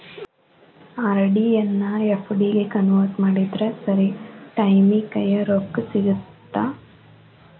RD ಎನ್ನಾ FD ಗೆ convert ಮಾಡಿದ್ರ ಸರಿ ಟೈಮಿಗಿ ಕೈಯ್ಯಾಗ ರೊಕ್ಕಾ ಸಿಗತ್ತಾ